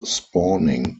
spawning